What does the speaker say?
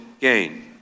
gain